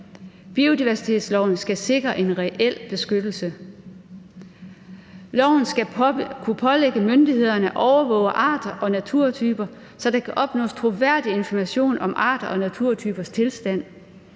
Biodiversitetsloven skal sikre en reel beskyttelse. Loven skal kunne pålægge myndighederne at overvåge arter og naturtyper, så der kan opnås troværdig information om arters og naturtypers tilstand.